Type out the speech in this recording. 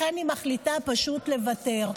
לכן היא מחליטה פשוט לוותר.